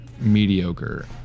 mediocre